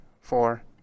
four